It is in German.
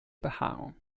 behaarung